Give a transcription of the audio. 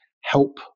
help